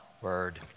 word